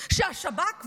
שהשב"כ,